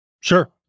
Sure